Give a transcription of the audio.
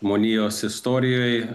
žmonijos istorijoj